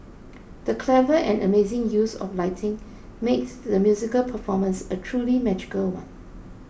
the clever and amazing use of lighting made the musical performance a truly magical one